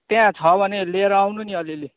त्यहाँ छ भने लिएर आउनु नि अलिअलि